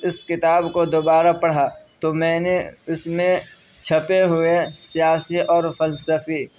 اس کتاب کو دوبارہ پڑھا تو میں نے اس میں چھپے ہوئے سیاسی اور فلسفی